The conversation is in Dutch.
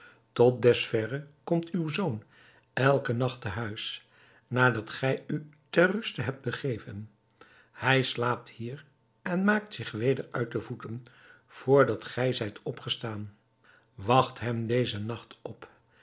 tot dusverre komt uw zoon elken nacht te huis nadat gij u ter ruste hebt begeven hij slaapt hier en maakt zich weder uit de voeten vr dat gij zijt opgestaan wacht hem dezen nacht op